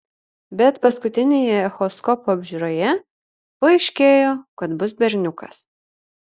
bet paskutinėje echoskopo apžiūroje paaiškėjo kad bus berniukas